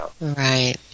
Right